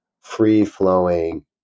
free-flowing